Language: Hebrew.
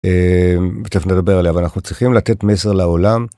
אהה קצת לדבר עלייה. אבל אנחנו צריכים לתת מסר לעולם.